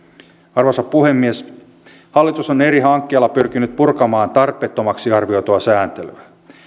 arvoisa puhemies hallitus on eri hankkeilla pyrkinyt purkamaan tarpeettomaksi arvioitua sääntelyä